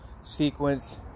sequence